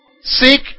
Seek